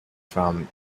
from